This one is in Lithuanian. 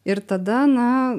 ir tada na